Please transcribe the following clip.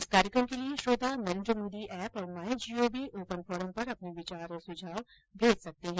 इस कार्यक्रम के लिए श्रोता नरेन्द्र मोदी एप और माई जीओवी ओपन फोरम पर अपने विचार और सुझाव भेज सकते हैं